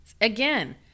Again